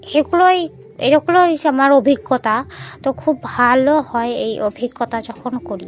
এগুলোই এরগুলোই আমার অভিজ্ঞতা তো খুব ভালো হয় এই অভিজ্ঞতা যখন করি